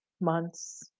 months